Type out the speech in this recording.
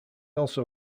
also